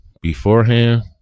beforehand